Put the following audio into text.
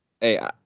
Hey